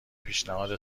پیشنهاد